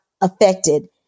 affected